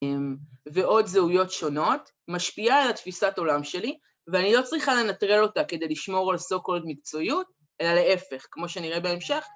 ‫ועוד זהויות שונות, ‫משפיעה על התפיסת עולם שלי, ‫ואני לא צריכה לנטרל אותה ‫כדי לשמור על סו-קולד מקצועיות, ‫אלא להפך, כמו שנראה בהמשך.